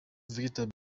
victor